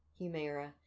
Humera